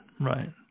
right